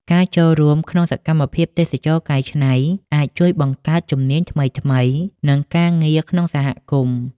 ការចូលរួមក្នុងសកម្មភាពទេសចរណ៍កែច្នៃ អាចជួយបង្កើតជំនាញថ្មីៗ និងការងារក្នុងសហគមន៍។